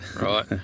right